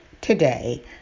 Today